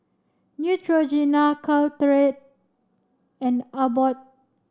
Neutrogena Caltrate and Abbott